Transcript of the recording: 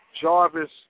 Jarvis